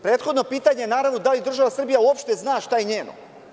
Prethodno pitanje je naravno da li država Srbija uopšte zna šta je njeno?